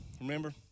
Remember